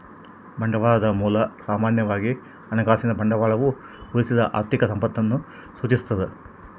ಬಂಡವಾಳದ ಮೂಲ ಸಾಮಾನ್ಯವಾಗಿ ಹಣಕಾಸಿನ ಬಂಡವಾಳವು ಉಳಿಸಿದ ಆರ್ಥಿಕ ಸಂಪತ್ತನ್ನು ಸೂಚಿಸ್ತದ